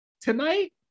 tonight